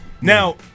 Now